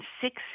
six